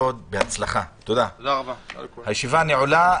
תודה רבה, הישיבה נעולה.